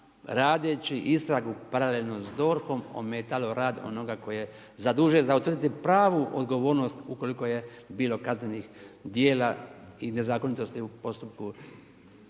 radeći istragu paralelno s DORH-om ometalo rad onoga tko je zadužen za utvrditi pravu odgovornost ukoliko je bilo kaznenih djela i nezakonitosti u postupku